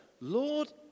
Lord